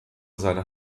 seine